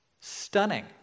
Stunning